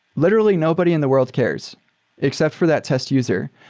literally, nobody in the world cares except for that test user.